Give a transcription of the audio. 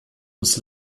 uns